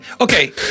Okay